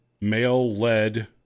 male-led